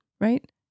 right